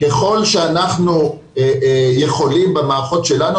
ככל שאנחנו יכולים במערכות שלנו,